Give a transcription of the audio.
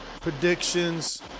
predictions